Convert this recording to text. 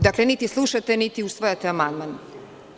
Dakle, niti slušate, niti usvajate amandmane.